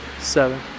seven